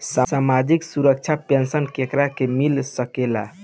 सामाजिक सुरक्षा पेंसन केकरा के मिल सकेला?